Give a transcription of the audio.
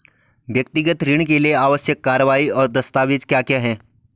व्यक्तिगत ऋण के लिए आवश्यक कार्यवाही और दस्तावेज़ क्या क्या हैं?